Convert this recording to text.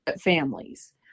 families